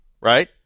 right